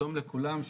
שלום לכולם,